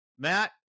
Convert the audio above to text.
Matt